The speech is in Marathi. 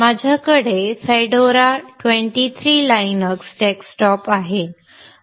माझ्याकडे fedora 23 Linux डेस्कटॉप आहे